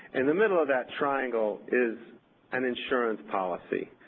in the middle of that triangle is an insurance policy,